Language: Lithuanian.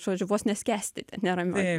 žodžiu vos ne skęsti ten nerangiai